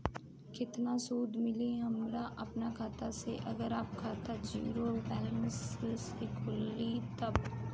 केतना सूद मिली हमरा अपना खाता से अगर हमार खाता ज़ीरो बैलेंस से खुली तब?